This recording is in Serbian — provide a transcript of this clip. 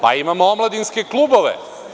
Pa, imamo omladinske klubove.